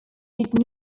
did